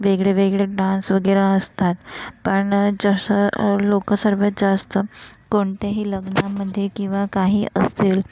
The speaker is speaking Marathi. वेगळे वेगळे डान्स वगैरे असतात पण जसं लोकं सर्वात जास्त कोणत्याही लग्नामध्ये किंवा काही असतील